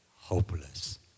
hopeless